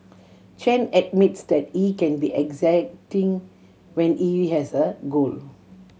Chen admits that he can be exacting when he has a goal